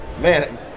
man